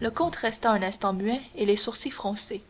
le comte resta un instant muet et les sourcils froncés